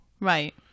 Right